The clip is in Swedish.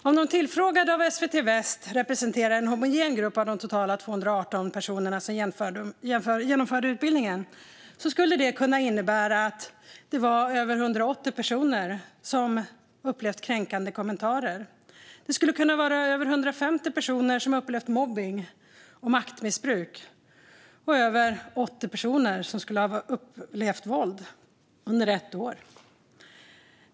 Om de som tillfrågades av SVT Väst representerar en homogen grupp av de totalt 218 personer som genomförde utbildningen skulle det kunna innebära att det var över 180 personer som upplevt kränkande kommentarer. Det skulle kunna vara över 150 personer som har upplevt mobbning och maktmissbruk och över 80 personer som skulle ha upplevt våld under ett år.